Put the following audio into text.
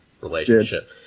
relationship